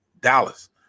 Dallas